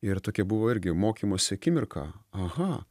ir tokia buvo irgi mokymosi akimirka aha